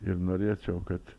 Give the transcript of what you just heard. ir norėčiau kad